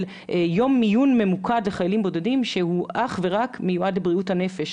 יום עיון ממוקד לחיילים בודדים שהוא מיועד אך ורק לבריאות הנפש.